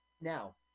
Now